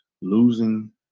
losing